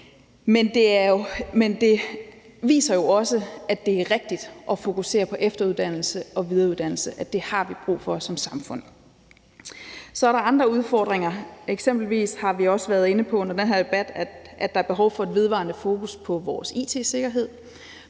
Men det viser jo også, at det er rigtigt at fokusere på efteruddannelse og videreuddannelse, og det har vi brug for os som samfund. Der er også andre udfordringer. Eksempelvis har vi også været inde på under den her debat, at der er behov for et vedvarende fokus på vores it-sikkerhed,